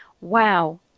wow